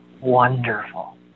Wonderful